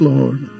Lord